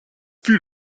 fut